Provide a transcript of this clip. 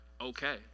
okay